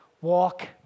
walk